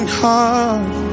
heart